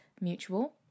mutual